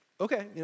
okay